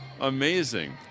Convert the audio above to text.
amazing